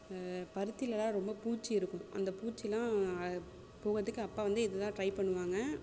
பருத்திலலாம் ரொம்ப பூச்சி இருக்கும் அந்த பூச்சிலாம் போகிறதுக்கு அப்பா வந்து இது தான் ட்ரை பண்ணுவாங்க